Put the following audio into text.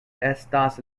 estas